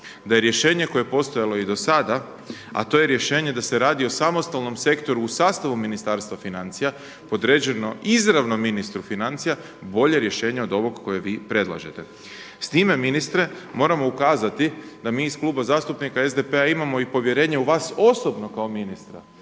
da je rješenje koje je postojalo i do sada, a to je rješenje da se radi o samostalnom sektoru u sastavu Ministarstva financija podređeno izravno ministru financija bolje rješenje od ovog koje vi predlažete. S time ministre, moramo ukazati da mi iz Kluba zastupnika SDP-a imamo i povjerenje u vas osobno kao ministra